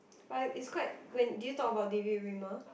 but it's quite when did you talk about David-Wimmer